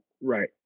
Right